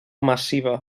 massiva